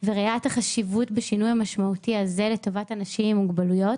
וראיית החשיבות בשינוי המשמעותי הזה לטובת אנשים עם מוגבלויות,